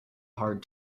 hard